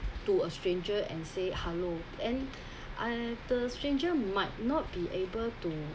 to a stranger and say hello and the stranger might not be able to